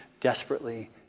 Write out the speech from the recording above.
desperately